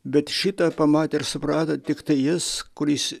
bet šitą pamatė ir suprato tiktai jis kuris